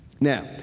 Now